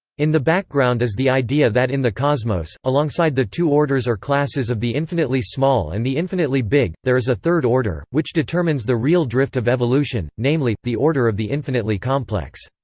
in the background is the idea that in the cosmos, alongside the two orders or classes of the infinitely small and the infinitely big, there is a third order, which determines the real drift of evolution, namely, the order of the infinitely complex.